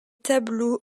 tableaux